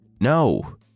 No